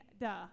duh